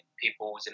people's